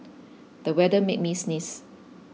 the weather made me sneeze